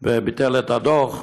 וביטל את הדוח.